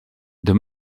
the